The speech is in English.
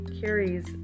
carries